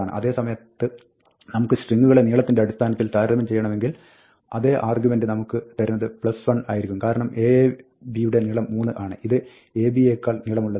അതേ സമയത്ത് നമുക്ക് സ്ട്രിങ്ങുകളെ നീളത്തിൻറെ അടിസ്ഥാനത്തിൽ താരതമ്യം ചെയ്യണമെങ്കിൽ അതേ അർഗ്യുമെൻറ് നമുക്ക് തരുന്നത് 1 ആയിരിക്കും കാരണം aab യുടെ നീളം 3 ആണ് ഇത് ab യേക്കാൾ നീളമുള്ളതാണ്